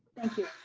thank you.